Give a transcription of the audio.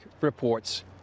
reports